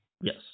Yes